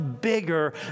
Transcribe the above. bigger